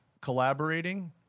collaborating –